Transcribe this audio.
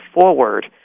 forward